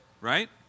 right